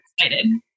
excited